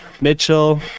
Mitchell